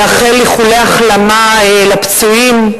לאחל איחולי החלמה לפצועים,